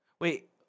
Wait